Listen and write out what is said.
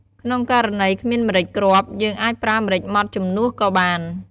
ក្នុងករណី គ្មានម្រេចគ្រាប់ យើងអាចប្រើម្រេចម៉ដ្ឋជំនួសក៏បាន។